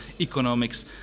economics